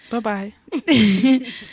Bye-bye